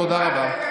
תודה רבה.